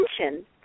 attention